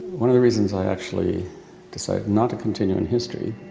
one of the reasons i actually decided not to continue in history,